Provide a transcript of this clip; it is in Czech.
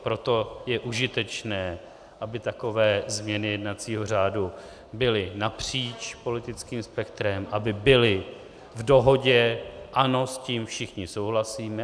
Proto je užitečné, aby takové změny jednacího řádu byly napříč politickým spektrem, aby byly v dohodě ano, s tím všichni souhlasíme.